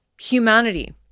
humanity